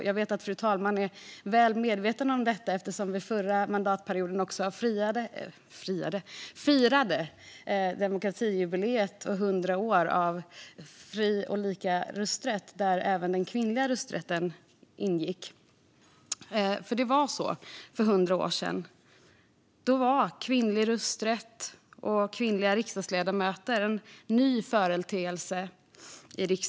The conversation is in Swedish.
Jag vet att fru talmannen är väl medveten om detta eftersom vi den förra mandatperioden firade demokratijubileet och 100 år av fri och lika rösträtt, där även kvinnors rösträtt ingår. För 100 år sedan var kvinnors rösträtt och kvinnliga riksdagsledamöter nya företeelser.